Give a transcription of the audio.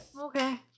Okay